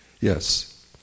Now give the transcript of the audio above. Yes